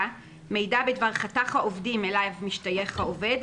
מידע בדבר חתך העובדים אליו משתייך העובד,